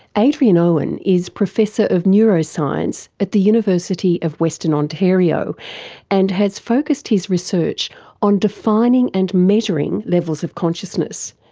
adrian owen is professor of neuroscience at the university of western ontario and has focussed his research on defining and measuring levels of consciousness,